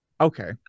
okay